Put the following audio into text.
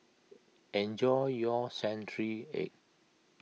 enjoy your Century Egg